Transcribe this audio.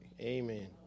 Amen